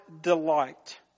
delight